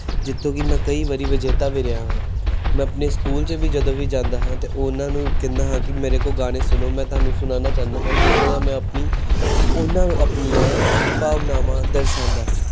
ਜਿੱਥੋਂ ਕਿ ਮੈਂ ਕਈ ਵਾਰੀ ਵਿਜੇਤਾ ਵੀ ਰਿਹਾ ਹਾਂ ਮੈਂ ਆਪਣੇ ਸਕੂਲ 'ਚ ਵੀ ਜਦੋਂ ਵੀ ਜਾਂਦਾ ਹਾਂ ਅਤੇ ਉਹਨਾਂ ਨੂੰ ਕਹਿੰਦਾ ਹਾਂ ਕਿ ਮੇਰੇ ਕੋਲੋਂ ਗਾਣੇ ਸੁਣੋ ਮੈਂ ਤੁਹਾਨੂੰ ਸੁਣਾਉਣਾ ਚਾਹੁੰਦਾ ਹਾਂ ਜਿੱਦਾਂ ਮੈਂ ਆਪਣੀ ਉਹਨਾਂ ਨੂੰ ਆਪਣੀਆਂ ਭਾਵਨਾਵਾਂ ਦਰਸਾਉਂਦਾ ਸੀ